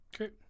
Okay